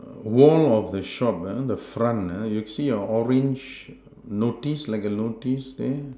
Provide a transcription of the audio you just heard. wall of the shop uh the front uh you see your orange notice like a notice there